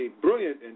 brilliant